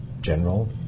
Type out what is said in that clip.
general